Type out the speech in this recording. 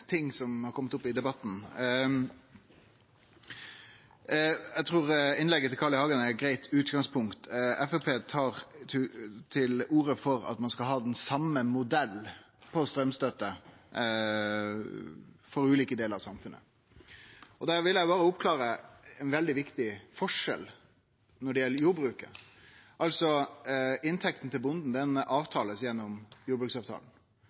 trur innlegget til Carl I. Hagen er eit greitt utgangspunkt. Framstegspartiet tar til orde for at ein skal ha den same modellen for straumstøtte for ulike delar av samfunnet. Da vil eg berre oppklare ein veldig viktig forskjell når det gjeld jordbruket. Inntekta til bonden blir avtalt gjennom jordbruksavtalen,